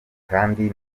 kandi